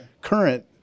current